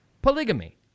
Polygamy